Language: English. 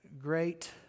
great